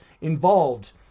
involved